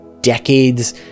decades